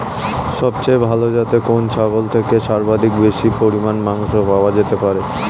সবচেয়ে ভালো যাতে কোন ছাগল থেকে সর্বাধিক বেশি পরিমাণে মাংস পাওয়া যেতে পারে?